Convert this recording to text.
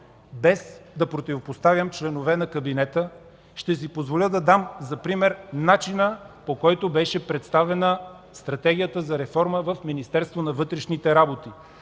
Без да противопоставям членове на кабинета, ще си позволя да дам за пример начина, по който беше представена Стратегията за реформа в Министерството на вътрешните работи.